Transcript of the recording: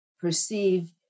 perceive